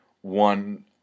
one